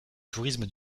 tourisme